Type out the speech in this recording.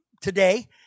today